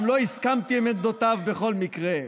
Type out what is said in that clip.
גם לא הסכמתי עם עמדותיו בכל מקרה.